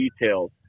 details